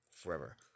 forever